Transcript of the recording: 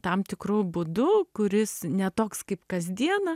tam tikru būdu kuris ne toks kaip kasdieną